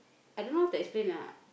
I don't know how to explain ah